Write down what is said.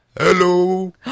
Hello